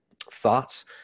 thoughts